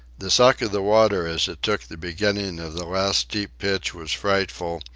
the suck of the water as it took the beginning of the last steep pitch was frightful,